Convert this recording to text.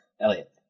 Elliot